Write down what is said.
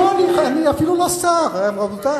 זה נכון שהכיסא שם נוח, אני אפילו לא שר, רבותי.